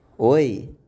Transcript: Oi